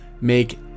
make